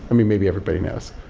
i mean, maybe everybody knows.